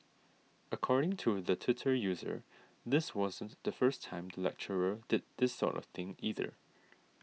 according to the Twitter user this wasn't the first time the lecturer did this sort of thing either